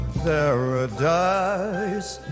paradise